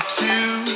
two